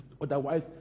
Otherwise